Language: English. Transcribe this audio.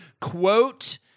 quote